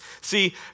See